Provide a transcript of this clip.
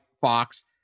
Fox